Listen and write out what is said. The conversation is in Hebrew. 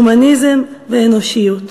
הומניזם ואנושיות.